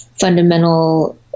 fundamental